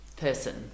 person